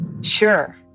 sure